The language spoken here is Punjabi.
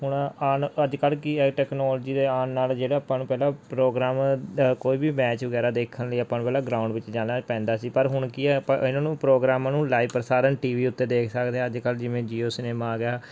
ਹੁਣ ਆਉਣ ਅੱਜ ਕੱਲ੍ਹ ਕੀ ਹੈ ਟੈਕਨੋਲਜੀ ਦੇ ਆਉਣ ਨਾਲ ਜਿਹੜਾ ਆਪਾਂ ਨੂੰ ਪਹਿਲਾਂ ਪ੍ਰੋਗਰਾਮ ਕੋਈ ਵੀ ਮੈਚ ਵਗੈਰਾ ਦੇਖਣ ਲਈ ਆਪਾਂ ਨੂੰ ਪਹਿਲਾਂ ਗਰਾਉਂਡ ਵਿੱਚ ਜਾਣਾ ਪੈਂਦਾ ਸੀ ਪਰ ਹੁਣ ਕੀ ਹੈ ਆਪਾਂ ਇਨ੍ਹਾਂ ਨੂੰ ਪ੍ਰੋਗਰਾਮਾਂ ਨੂੰ ਲਾਈਵ ਪ੍ਰਸਾਰਣ ਟੀ ਵੀ ਉੱਤੇ ਦੇਖ ਸਕਦੇ ਹਾਂ ਅੱਜ ਕੱਲ੍ਹ ਜਿਵੇਂ ਜੀਓ ਸਿਨੇਮਾ ਆ ਗਿਆ